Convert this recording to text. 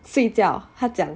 睡觉她讲